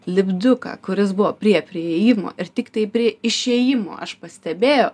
lipduką kuris buvo prie prie įėjimo ir tiktai prie išėjimo aš pastebėjau